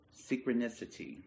Synchronicity